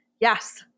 yes